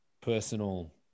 personal